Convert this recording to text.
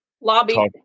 lobby